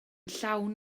llawn